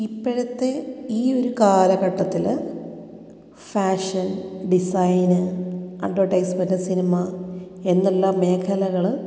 ഇപ്പോഴത്തെ ഈ ഒരു കാലഘട്ടത്തിൽ ഫാഷൻ ഡിസൈന് അഡ്വെർടൈസ്മെൻ്റ് സിനിമ എന്നുള്ള മേഖലകൾ